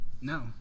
No